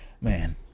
Man